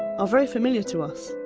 are very familiar to us.